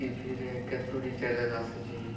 ଟିଭିରେ କେତୋଟି ଚ୍ୟାନେଲ୍ ଆସୁଛି